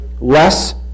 less